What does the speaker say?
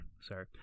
sorry